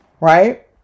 right